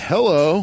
Hello